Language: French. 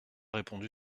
répondu